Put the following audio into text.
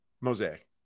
Mosaic